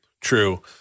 true